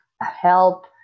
help